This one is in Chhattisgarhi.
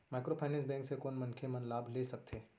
माइक्रोफाइनेंस बैंक से कोन मनखे मन लाभ ले सकथे?